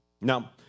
Now